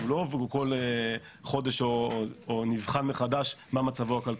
הוא לא כל חודש נבחן מחדש מה מצבו הכלכלי,